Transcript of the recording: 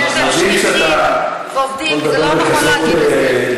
זה לא פייר להגיד את זה.